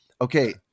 okay